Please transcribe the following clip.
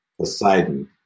Poseidon